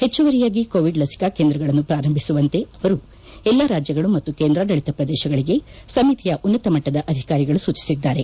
ಹೆಚ್ಲುವರಿಯಾಗಿ Covid ಲಸಿಕಾ ಕೇಂದ್ರಗಳನ್ನು ಪ್ರಾರಂಭಿಸುವಂತೆ ಅವರು ಎಲ್ಲ ರಾಜ್ಲಗಳು ಮತ್ತು ಕೇಂದ್ರಾಡಳಿತ ಪ್ರದೇಶಗಳಿಗೆ ಸಮಿತಿಯ ಉನ್ನತಮಟ್ಟದ ಅಧಿಕಾರಿಗಳು ಸೂಚಿಸಿದ್ದಾರೆ